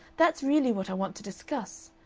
that's really what i want to discuss.